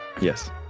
Yes